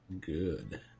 good